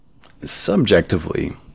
subjectively